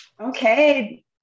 Okay